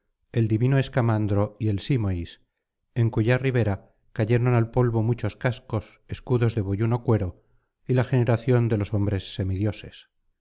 el divino escamandro y el vsímois en cuya ribera cayeron al polvo muchos cascos escudos de boyuno cuero y la generación de los hombres